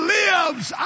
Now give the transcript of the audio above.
lives